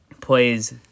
plays